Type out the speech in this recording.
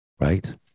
right